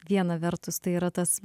viena vertus tai yra tas